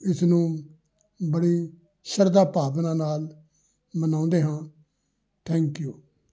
ਇਸ ਨੂੰ ਬੜੀ ਸ਼ਰਧਾ ਭਾਵਨਾ ਨਾਲ ਮਨਾਉਂਦੇ ਹਾਂ ਥੈਂਕ ਯੂ